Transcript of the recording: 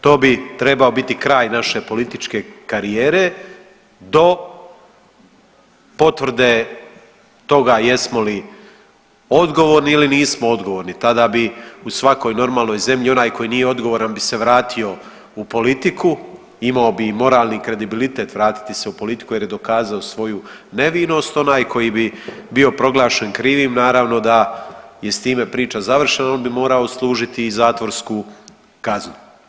To bi trebao biti kraj naše političke karijere do potvrde toga jesmo li odgovorni ili nismo odgovorni, tada bi u svakoj normalnoj zemlji onaj koji nije odgovoran bi se vratio u politiku, imao bi i moralni kredibilitet vratiti se u politiku jer je dokazao svoju nevinost, onaj koji bi bio proglašen krivim naravno da je s time priča završena, on bi morao služiti zatvorsku kaznu.